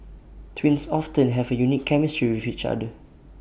twins often have A unique chemistry with each other